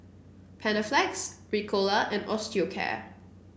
Panaflex Ricola and Osteocare